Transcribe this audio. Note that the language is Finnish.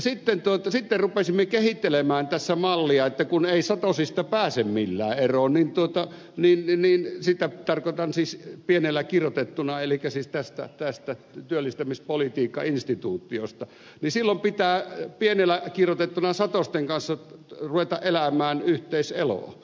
sitten rupesimme kehittelemään tässä mallia että kun ei satosista pääse millään eroon niin totta niin ennen sitä tarkoitan siis pienellä kirjoitettuna elikkä siis tästä työllistämispolitiikkainstituutiosta niin silloin pitää pienellä kirjoitettuna satosten kanssa ruveta elämään yhteiseloa